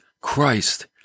Christ